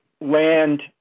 land